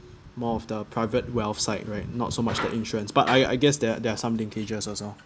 more of the private wealth side right not so much the insurance but I I guess there there are some linkages also